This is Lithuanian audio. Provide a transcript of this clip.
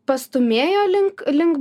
pastūmėjo link link